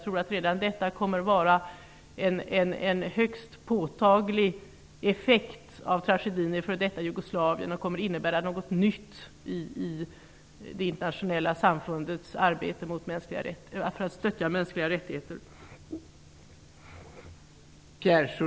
Redan detta kommer att vara en högst påtaglig effekt av tragedin i f.d. Jugoslavien, och det kommer att innebära något nytt i det internationella samfundets arbete i att stötta de mänskliga rättigheterna.